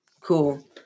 Cool